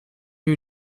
you